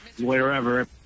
wherever